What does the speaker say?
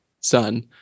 son